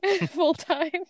full-time